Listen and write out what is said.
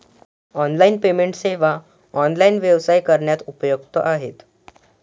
online payment सेवा online व्यवसाय करण्यास उपयुक्त आहेत